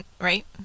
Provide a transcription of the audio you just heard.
Right